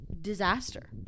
disaster